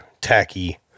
tacky